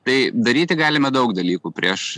tai daryti galime daug dalykų prieš